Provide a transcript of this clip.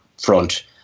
front